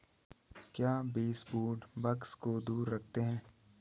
क्या baseboard bugs को दूर रखते हैं?